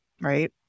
right